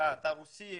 רוסי,